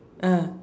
ah